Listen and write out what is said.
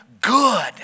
good